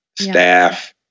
staff